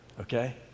Okay